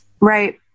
right